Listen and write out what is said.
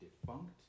defunct